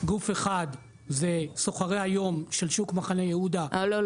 גוף אחד זה סוחרי היום של שוק מחנה יהודה --- לא,